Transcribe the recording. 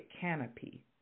canopy